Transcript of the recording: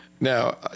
Now